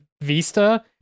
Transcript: Vista